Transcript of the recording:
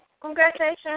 Congratulations